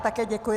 Také děkuji.